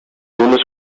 unos